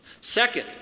Second